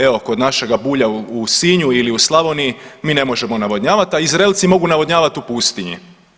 Evo kod našega Bulja u Sinju ili Slavoniji mi ne možemo navodnjavat, a Izraelci mogu navodnjavat u pustinji.